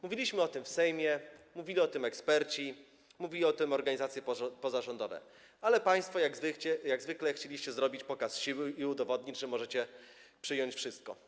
Mówiliśmy o tym w Sejmie, mówili o tym eksperci, mówiły o tym organizacje pozarządowe, ale państwo jak zwykle chcieliście zrobić pokaz siły i udowodnić, że możecie przyjąć wszystko.